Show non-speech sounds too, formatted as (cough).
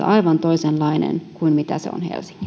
(unintelligible) aivan toisenlainen kuin mitä se on